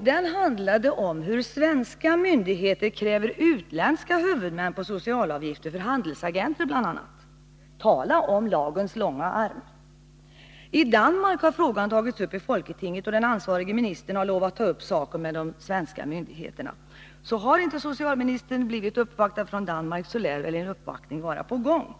Den handlade om hur svenska myndigheter kräver utländska huvudmän på socialavgifter för bl.a. handelsagenter. Tala om lagens långa arm! I Danmark har frågan aktualiserats i folketinget, och den ansvarige ministern har lovat att ta upp saken med de svenska myndigheterna. Så om socialministern inte redan har blivit uppvaktad, lär en uppvaktning från Danmark vara på gång.